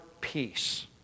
peace